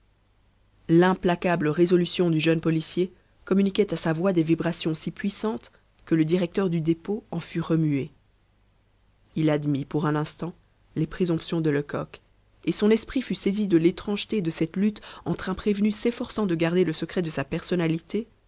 l'implacable résolution du jeune policier communiquait à sa voix des vibrations si puissantes que le directeur du dépôt en fut remué il admit pour un instant les présomptions de lecoq et son esprit fut saisi de l'étrangeté de cette lutte entre un prévenu s'efforçant de garder le secret de sa personnalité